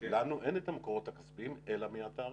לנו אין את המקורות הכספיים, אלא מהתעריף.